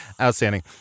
Outstanding